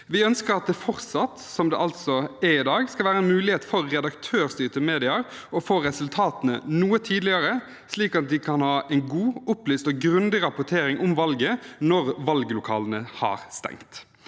Vi ønsker at det fortsatt, som det er i dag, skal være en mulighet for redaktørstyrte medier til å få resultatene noe tidligere, slik at de kan ha en god, opplyst og grundig rapportering om valget når valglokalene har stengt.